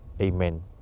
Amen